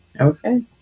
okay